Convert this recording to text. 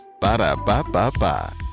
Ba-da-ba-ba-ba